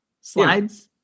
slides